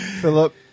Philip